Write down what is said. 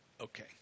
Okay